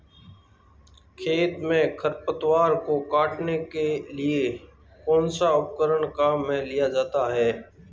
खेत में खरपतवार को काटने के लिए कौनसा उपकरण काम में लिया जाता है?